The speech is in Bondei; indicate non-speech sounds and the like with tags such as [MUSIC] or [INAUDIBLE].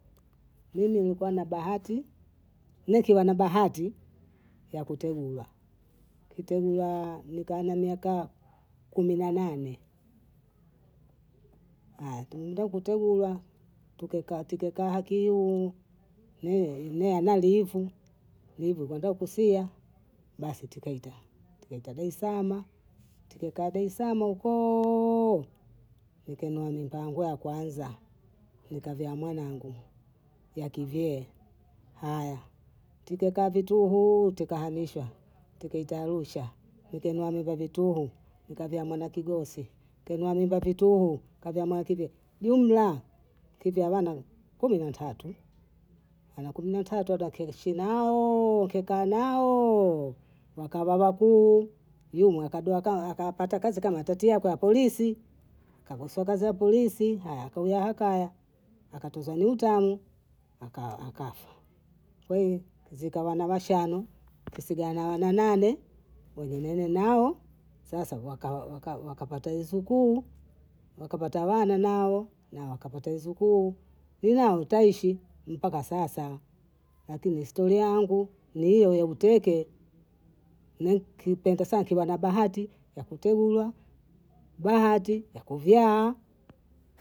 Mimi nlikiwa na bahati, mi nkiwa na bahati ya kutegulwa, kitegulwa nikaa na miaka [HESITATION] kumi na nane, aya tumenda kutegulwa tukoka tikeka hakium, mie [HESITATION] nalivu, hivyovyo nenda kusia, basi tikaita, tikaita Daisaama, tikakaa Daisaama hukoo, nikainua nyumba angu ya kwanza, nikavyaa mwanangu yaki vyee, aya tikakaa vitunguu tukahamishwa, tikaita Arusha nikainua nyumba ya vitunguu, nikavyama na kigosi, kainua nyumba ya vitunguu kavyaama na kigo [HESITATION] ki vya wana kumi na tatu, hawa kumi na tatu adakaishi naoo. kikaa naoo, wakawa wakuu, mimi wakabwaka [HESITATION] akapata kazi kama yatatia kwa polisi, kakoswa kazi ya polisi, aya kawia hakaya, akatozwa nimtani, akafa, kwa hiyo zikawa na mashani kesi gawana nawa nane, wenye mimi nao, sasa [HESITATION] wakapata wizukuu, wakapata wana nao, na wakapata wizukuu, nnao taishi mpaka sasa, lakini historia yangu ni hiyo ya kuteke, nikipenda sana nkiwa na bahati ya kutegulwa, bahati ya kuvyaa,